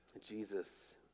Jesus